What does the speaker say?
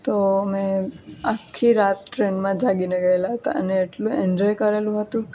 તો અમે આખી રાત ટ્રેનમાં જાગીને ગયેલા હતા અને એટલું એન્જોય કરેલું હતું